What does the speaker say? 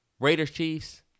Raiders-Chiefs